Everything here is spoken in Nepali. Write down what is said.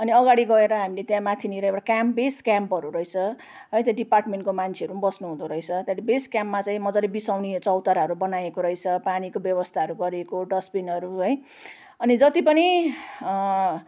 अनि अगाडि गएर हामीले त्यहाँ माथिनिर एउटा क्याम्प बेस क्याम्पहरू रहेछ है त डिपार्ट्मेन्टको मान्छेहरू पनि बस्नु हुँदोरहेछ त्यहाँबाट बेस क्याम्पमा चाहिँ मजाले बिसाउने चौताराहरू बनाएको रहेछ पानीको व्यवस्थाहरू गरिएको डस्टबिनहरू है अनि जति पनि